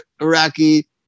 Iraqi